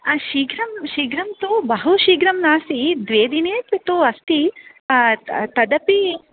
शीघ्रं शीघ्रं तु बहुशीघ्रं नासीत् द्वे दिने तु अस्ति तदपि